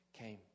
came